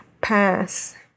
Pass